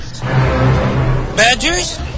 Badgers